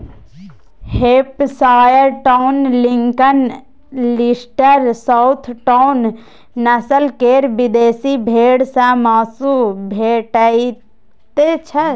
Hampshire town, Lincoln, Leicester, south town, नस्ल केर विदेशी भेंड़ सँ माँसु भेटैत छै